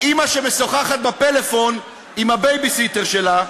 משחקי הקואליציה אופוזיציה בדבר